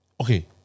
Okay